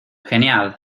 genial